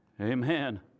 Amen